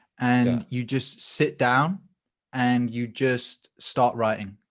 and you just sit down and you just start writing.